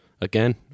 again